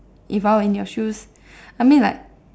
if I were in your shoes I mean like